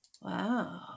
Wow